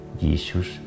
Jesus